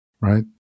Right